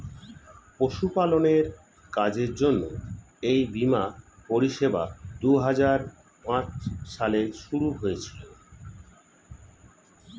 পশুপালনের কাজের জন্য এই বীমার পরিষেবা দুহাজার পাঁচ সালে শুরু হয়েছিল